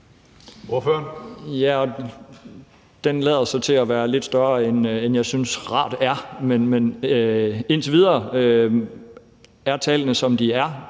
den lader så til at være lidt større, end jeg synes rart er, men indtil videre er tallene, som de er,